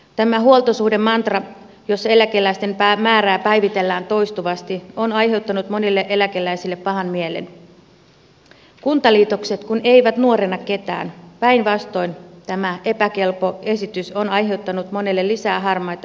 tämä huoltosuhdemantra jossa eläkeläisten määrää päivitellään toistuvasti on aiheuttanut monelle eläkeläiselle pahan mielen kuntaliitokset kun eivät nuorenna ketään päinvastoin tämä epäkelpo esitys on aiheuttanut monille lisää harmaita hiuksia